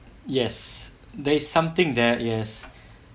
yes there's something there yes